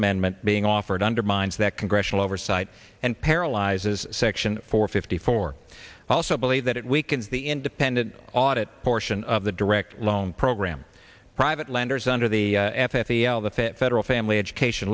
amendment being offered undermines that congressional oversight and paralyzes section four fifty four i also believe that it weakens the independent audit portion of the direct loan program private lenders under the f e l the fifth federal family education